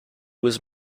was